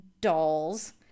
dolls